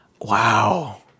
wow